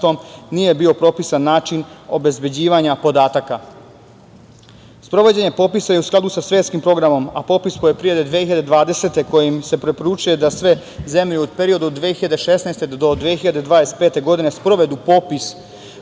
Nije bio propisan način obezbeđivanja podataka. Sprovođenje popisa je u skladu sa svetskim programom, a popis poljoprivrede 2020. godine, kojim se preporučuje da sve zemlje u periodu od 2016. do 2025. godine sprovedu popis